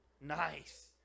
Nice